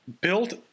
built